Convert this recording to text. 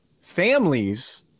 Families